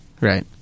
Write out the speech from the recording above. right